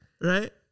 Right